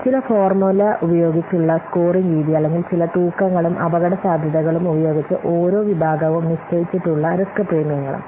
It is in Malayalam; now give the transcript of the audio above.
ചില ഫോർമുല ഉപയോഗിച്ചുള്ള സ്കോറിംഗ് രീതി അല്ലെങ്കിൽ ചില തൂക്കങ്ങളും അപകടസാധ്യതകളും ഉപയോഗിച്ച് ഓരോ വിഭാഗവും നിശ്ചയിച്ചിട്ടുള്ള റിസ്ക് പ്രീമിയങ്ങളും